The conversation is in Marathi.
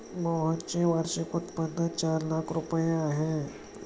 मोहनचे वार्षिक उत्पन्न चार लाख रुपये आहे